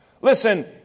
Listen